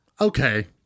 okay